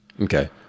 Okay